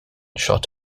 shot